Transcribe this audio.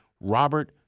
robert